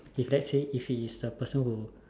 if let's say if he is a person who